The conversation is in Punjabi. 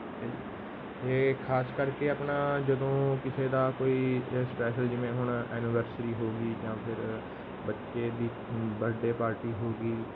ਠੀਕ ਹੈ ਜੀ ਅਤੇ ਖਾਸ ਕਰਕੇ ਆਪਣਾ ਜਦੋਂ ਕਿਸੇ ਦਾ ਕੋਈ ਸਪੈਸ਼ਲ ਜਿਵੇਂ ਹੁਣ ਐਨਵਰਸਰੀ ਹੋ ਗਈ ਜਾਂ ਫਿਰ ਬੱਚੇ ਦੀ ਬਰਡੇ ਪਾਰਟੀ ਹੋ ਗਈ